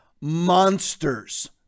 monsters